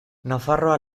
nafarroa